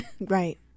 Right